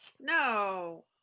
No